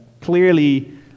clearly